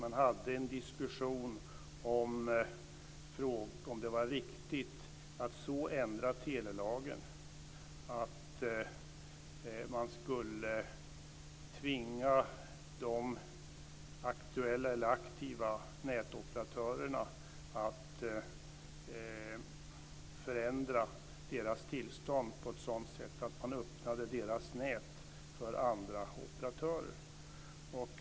Man hade en diskussion om det var riktigt att så ändra telelagen, att man skulle tvinga de aktiva nätoperatörerna att förändra sina tillstånd på ett sådant sätt att man öppnade deras nät för andra operatörer.